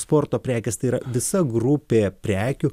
sporto prekės tai yra visa grupė prekių